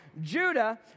Judah